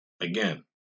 again